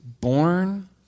Born